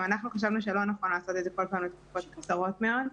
גם אנחנו חשבנו שלא נוכל לעשות את זה כל פעם לתקופות קצרות מאוד,